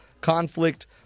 conflict